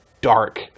dark